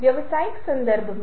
अब यह हमारा निष्कर्ष है